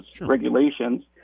regulations